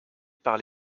par